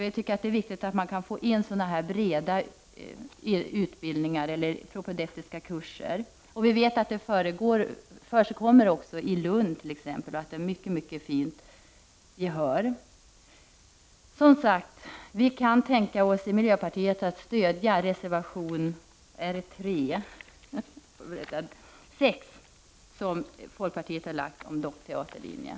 Vi tycker det är viktigt att man kan få in sådana här breda utbildningar eller förberedande kurser. Vi vet att det förekommer i Lund och får mycket fint gensvar. Som sagt: Vi i miljöpartiet kan tänka oss att stödja reservation 6, som folkpartiet har lagt fram om dockteaterlinjen.